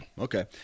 Okay